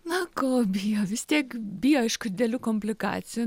na ko bijo vis tiek bijo aišku didelių komplikacijų